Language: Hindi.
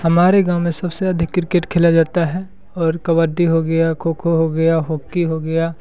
हमारे गाँव में सब से अधिक किर्केट खेला जाता है और कबड्डी हो गया खो खो हो गया हॉकी हो गया